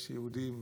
יש יהודים